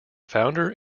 founder